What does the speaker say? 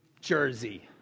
jersey